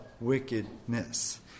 wickedness